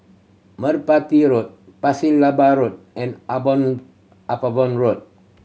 Merpati Road Pasir Laba Road and Upavon Road